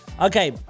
okay